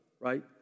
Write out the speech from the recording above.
right